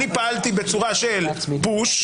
אני פעלתי בצורה של פוש,